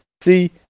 See